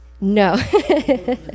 no